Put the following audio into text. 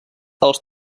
els